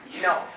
No